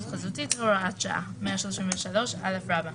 לעשות אחר כך לעניין אנשים עם מוגבלויות.